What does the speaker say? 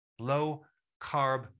Low-carb